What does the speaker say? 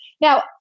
Now